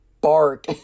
bark